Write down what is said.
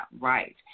right